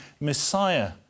Messiah